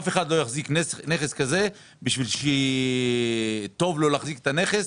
אף אחד לא יחזיק נכס כזה כי טוב לו להחזיק את הנכס,